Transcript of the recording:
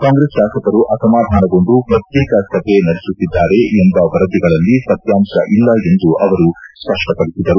ಕಾಂಗ್ರೆಸ್ ಶಾಸಕರು ಅಸಮಾಧಾನಗೊಂಡು ಪ್ರತ್ನೇಕ ಸಭೆ ನಡೆಸುತ್ತಿದ್ದಾರೆ ಎಂಬ ವರದಿಗಳಲ್ಲಿ ಸತ್ಕಾಂಶ ಇಲ್ಲ ಎಂದು ಅವರು ಸ್ಪಷ್ಟ ಪಡಿಸಿದರು